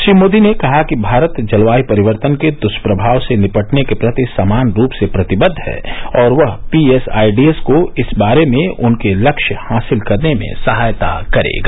श्री मोदी ने कहा कि भारत जलवायु परिवर्तन के दुष्प्रभाव से निपटने के प्रति समान रूप से प्रतिबद्द है और वह पीएसआईडीएस को इस बारे में उनके लक्ष्य हासिल करने में सहायता करेगा